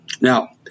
Now